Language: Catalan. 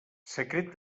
secret